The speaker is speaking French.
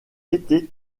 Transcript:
été